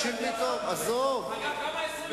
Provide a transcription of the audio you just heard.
אז בואו בבקשה נקשיב.